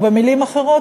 או במילים אחרות,